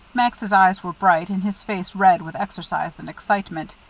max's eyes were bright, and his face red with exercise and excitement.